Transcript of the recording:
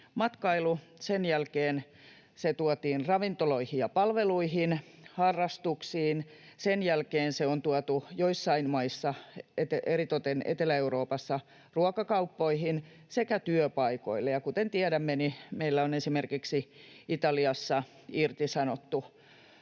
matkailu, sen jälkeen se tuotiin ravintoloihin ja palveluihin, harrastuksiin, sen jälkeen se on tuotu joissain maissa, eritoten Etelä-Euroopassa, ruokakauppoihin sekä työpaikoille. Kuten tiedämme, esimerkiksi Italiassa on irtisanottu